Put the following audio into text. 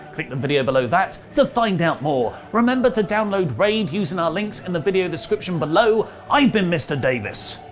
click the video below that to find out more. remember to download raid using our links in the video description below! i've been mr davis,